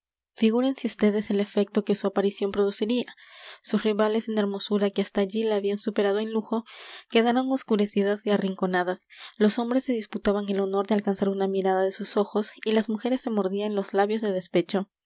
figúrense ustedes el efecto que su aparición produciría sus rivales en hermosura que hasta allí la habían superado en lujo quedaron oscurecidas y arrinconadas los hombres se disputaban el honor de alcanzar una mirada de sus ojos y las mujeres se mordían los labios de despecho